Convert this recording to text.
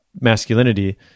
masculinity